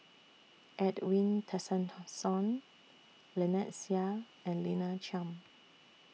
Edwin Tessensohn Lynnette Seah and Lina Chiam